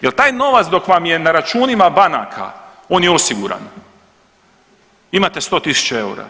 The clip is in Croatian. Jer taj novac dok vam je na računima banaka on je osiguran, imate sto tisuća eura.